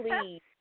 please